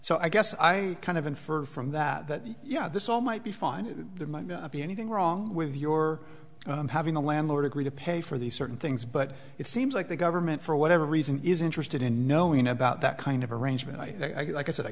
so i guess i kind of infer from that that yeah this all might be fine there might not be anything wrong with your having the landlord agree to pay for these certain things but it seems like the government for whatever reason is interested in knowing about that kind of arrangement i